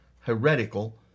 heretical